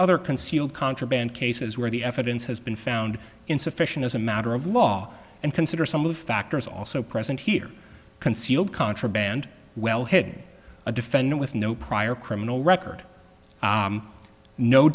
other concealed contraband cases where the evidence has been found insufficient as a matter of law and consider some of the factors also present here concealed contraband wellhead a defendant with no prior criminal record